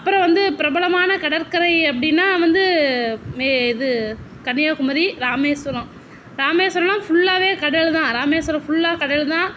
அப்புறோம் வந்து பிரபலமான கடற்கரை அப்படடீன்னா வந்து மே இது கன்னியாகுமரி ராமேஸ்வரம் ராமேஸ்வரோலாம் ஃபுல்லாகவே கடல்தான் ராமேஸ்வரம் ஃபுல்லாக கடல்தான்